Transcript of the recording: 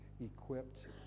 equipped